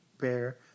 bear